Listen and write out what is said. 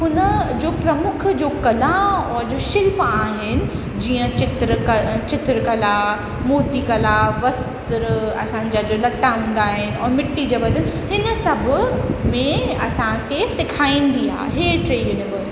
हुनजो प्रमुख जो कला और जो शिल्प आहिनि जीअं चित्र क चित्र कला मुर्ति कला वस्त्र असांजा जो लटा हूंदा और मिट्टी जे बर्तन हिन सभु में असांखे सेखारींदी आहे इहे टे यूनिवर्सिटी